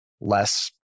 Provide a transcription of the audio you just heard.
less